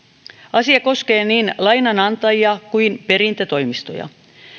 asia koskee niin lainanantajia kuin perintätoimistoja